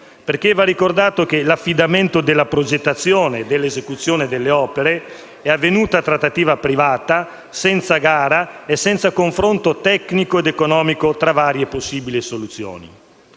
di criticità: che l'affidamento della progettazione e dell'esecuzione delle opere è avvenuto a trattativa privata, senza gara e senza confronto tecnico ed economico tra varie e possibili soluzioni.